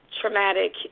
traumatic